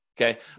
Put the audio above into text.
Okay